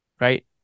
Right